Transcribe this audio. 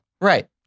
Right